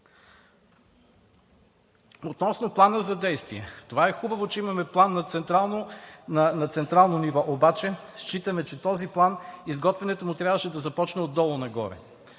Относно Плана за действие. Това е хубаво, че имаме план на централно ниво, обаче считаме, че този план – изготвянето му, трябваше да започне отдолу нагоре,